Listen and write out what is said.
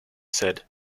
said